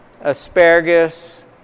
asparagus